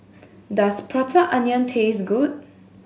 does Prata Onion taste good